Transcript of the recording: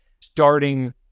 starting